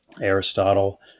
Aristotle